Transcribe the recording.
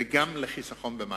וגם לחיסכון במים.